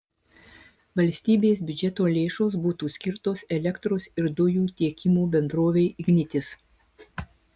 valstybės biudžeto lėšos būtų skirtos elektros ir dujų tiekimo bendrovei ignitis